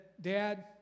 Dad